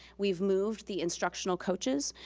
we've moved the instructional coaches.